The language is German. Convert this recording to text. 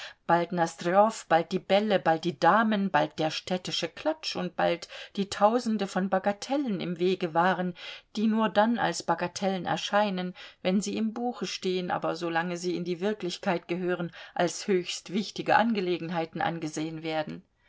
bald nosdrjow bald die bälle bald die damen bald der städtische klatsch und bald die tausende von bagatellen im wege waren die nur dann als bagatellen erscheinen wenn sie im buche stehen aber solange sie in die wirklichkeit gehören als höchst wichtige angelegenheiten angesehen werden